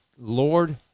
Lord